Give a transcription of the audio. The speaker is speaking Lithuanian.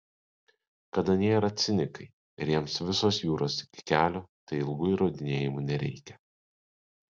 kad anie yra cinikai ir jiems visos jūros iki kelių tai ilgų įrodinėjimų nereikia